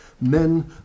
men